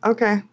Okay